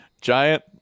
giant